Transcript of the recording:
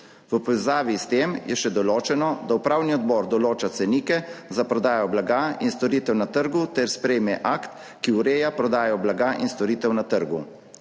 V povezavi s tem je še določeno, da upravni odbor določa cenike za prodajo blaga in storitev na trgu ter sprejme akt, ki ureja prodajo blaga in storitev na trgu.